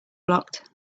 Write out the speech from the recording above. blocked